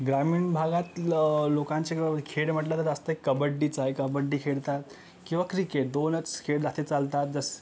ग्रामीण भागातलं लोकांचे खेळ म्हटलं तर जास्त कबड्डीच आहे कबड्डी खेळतात किंवा क्रिकेट दोनच खेळ जास्ती चालतात जस